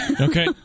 Okay